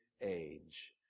age